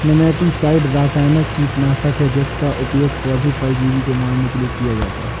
nematicide रासायनिक कीटनाशक है जिसका उपयोग पौधे परजीवी को मारने के लिए किया जाता है